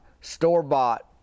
store-bought